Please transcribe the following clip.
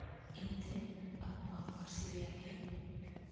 ᱤᱱᱟᱹᱛᱮ ᱟᱵᱚᱣᱟᱜ ᱯᱟᱹᱨᱥᱤ ᱨᱮᱭᱟᱜ ᱜᱮ